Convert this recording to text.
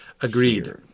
Agreed